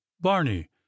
barney